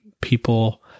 people